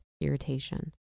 irritation